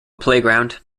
playground